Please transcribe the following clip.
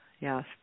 Yes